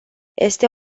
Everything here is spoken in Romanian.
este